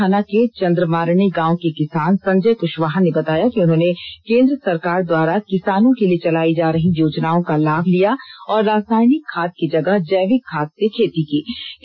सरिया थाना के चन्द्रमारणी गांव के किसान संजय क्शवाहा ने बताया कि उन्होंने केंद्र सरकार द्वारा किसानों के लिए चलायी जा रही योजनाओं का लाभ लिया और रासायनिक खाद की जगह जैविक खाद से खेती की